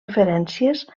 referències